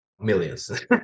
millions